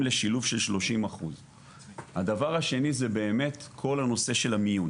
לשילוב של 30%. הדבר השני זה באמת כל הנושא של המיון